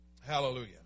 Hallelujah